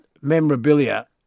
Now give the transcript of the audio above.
memorabilia